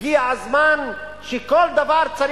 הגיע הזמן לאזרח כל דבר.